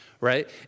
right